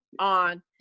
on